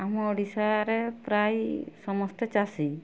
ଆମ ଓଡ଼ିଶାରେ ପ୍ରାୟ ସମସ୍ତେ ଚାଷୀ